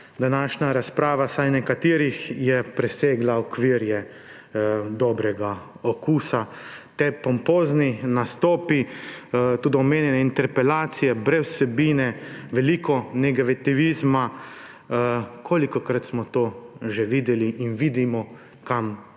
današnja razprava, vsaj nekaterih, presegla okvire dobrega okusa. Ti pompozni nastopi, tudi omenjanje interpelacije, brez vsebine, veliko negativizma – kolikokrat smo to že videli in vidimo, kam to